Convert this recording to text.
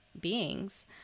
beings